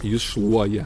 jis šluoja